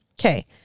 Okay